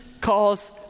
calls